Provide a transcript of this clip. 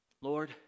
Lord